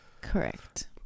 Correct